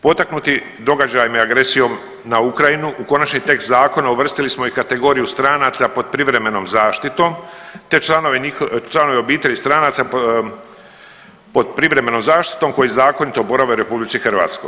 Potaknuti događajima i agresijom na Ukrajinu u konačni tekst zakona uvrstili smo i kategoriju stranaca pod privremenom zaštitom, te članove obitelji stranaca pod privremenom zaštitom koji zakonito borave u RH.